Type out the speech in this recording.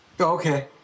Okay